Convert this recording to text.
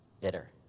bitter